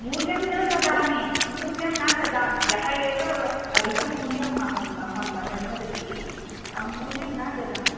मूल्यं न ददामि मूल्यं न ददामि ह्यः एव अधिकमूल्यं अहं दत्तवती मूल्यं न ददामि